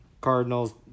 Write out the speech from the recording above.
Cardinals